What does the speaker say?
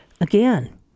again